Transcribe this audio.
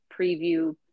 preview